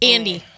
Andy